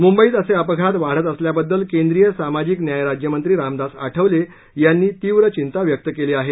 मुंबईत असे अपघात वाढत असल्याबद्दल केंद्रीय सामाजिक न्याय राज्यमंत्री रामदास आठवलें तीव्र चिंता व्यक्त केली आहे